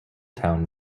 town